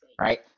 right